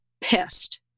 pissed